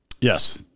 Yes